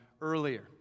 earlier